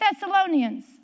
Thessalonians